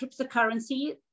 cryptocurrency